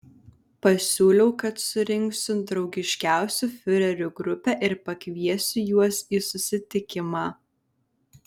pasiūliau kad surinksiu draugiškiausių fiurerių grupę ir pakviesiu juos į susitikimą